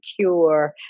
cure